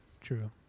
True